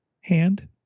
hand